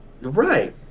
Right